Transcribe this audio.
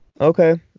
Okay